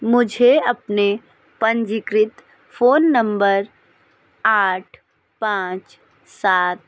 मुझे अपने पंजीकृत फोन नंबर आठ पाँच सात